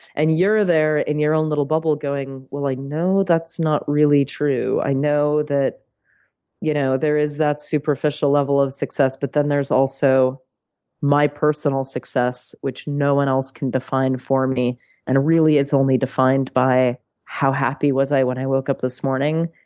and you're there in your own little bubble, going, well, i know that's not really true. i know that you know there is that superficial level of success, but then there's also my personal success, which no one else can define for me and really is only defined by how happy was i when i woke up this morning,